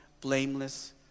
blameless